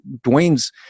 Dwayne's